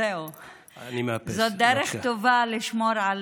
זו דרך טובה ממש לשמור על